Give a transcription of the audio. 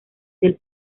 del